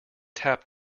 tap